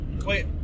Wait